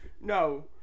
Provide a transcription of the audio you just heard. no